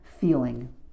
feeling